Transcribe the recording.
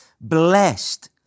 Blessed